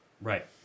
Right